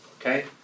Okay